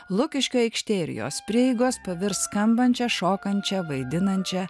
lukiškių aikštė ir jos prieigos pavirs skambančia šokančia vaidinančia